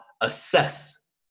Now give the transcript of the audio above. assess